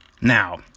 Now